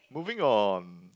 moving on